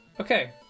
Okay